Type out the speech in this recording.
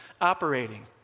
operating